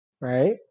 right